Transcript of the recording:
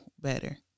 better